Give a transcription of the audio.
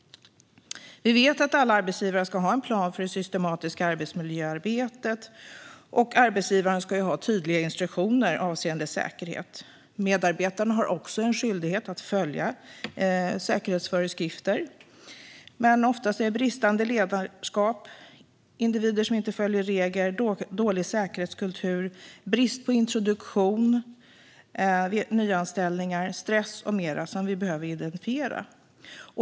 Vi vet att alla arbetsgivare ska ha en plan för det systematiska arbetsmiljöarbetet. Arbetsgivaren ska ha tydliga instruktioner avseende säkerhet. Medarbetarna har också en skyldighet att följa säkerhetsföreskrifter. Men oftast är bristande ledarskap, individer som inte följer regler, dålig säkerhetskultur, brist på introduktion vid nyanställningar och stress med mera saker som vi behöver identifiera.